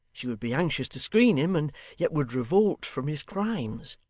she would be anxious to screen him, and yet would revolt from his crimes.